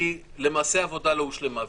כי למעשה העבודה לא הושלמה.